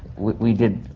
we. we did.